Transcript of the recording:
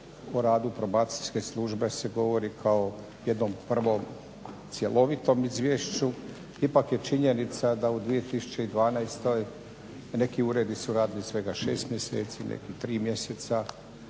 o radu Probacijske službe se govori kao jednom prvom cjelovitom izvješću ipak je činjenica da u 2012. neki uredi su radili svega 6 mjeseci, neki tri mjeseca,